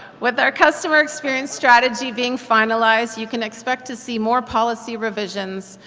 with our customer experience strategy being finalized you can expect to see more policy revisions,